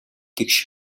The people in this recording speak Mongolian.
тэгш